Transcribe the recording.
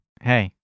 hey